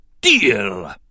Deal